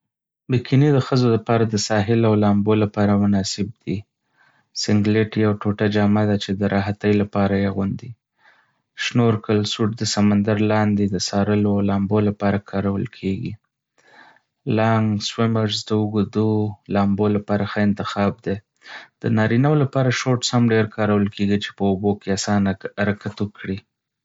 بکینی د ښځو لپاره د ساحل او لامبو لپاره مناسب دی. سینګليټ یو ټوټه جامه ده چې د راحتۍ لپاره اغوندي. شنورکل سوټ د سمندر لاندې د څارلو او لامبو لپاره کارول کېږي. لانګ سویمرز د اوږدو لامبو لپاره ښه انتخاب دی. د نارینه وو لپاره شورټس هم ډېر کارول کېږي چې په اوبو کې اسانه حرکت وکړي.